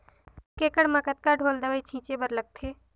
एक एकड़ म कतका ढोल दवई छीचे बर लगथे?